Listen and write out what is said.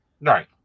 Right